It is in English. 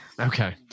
Okay